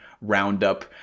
roundup